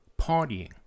partying